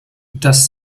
dass